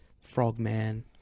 Frogman